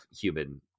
human